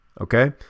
okay